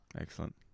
Excellent